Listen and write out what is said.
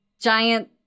giant